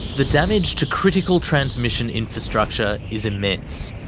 the damage to critical transmission infrastructure is immense.